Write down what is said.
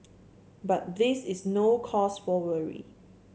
but this is no cause for worry